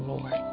Lord